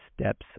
steps